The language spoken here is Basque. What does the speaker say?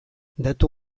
datu